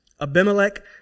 Abimelech